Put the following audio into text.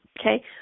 okay